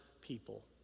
people